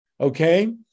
Okay